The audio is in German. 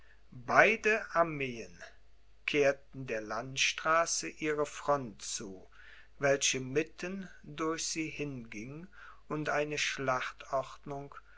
beide armeen kehrten der landstraße ihre fronte zu welche mitten durch sie hinging und eine